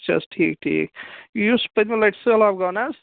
اَچھا حظ ٹھیٖک ٹھیٖک یُس پٔتمہِ لَٹہِ سہلاب گوٚو نہَ حظ